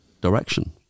direction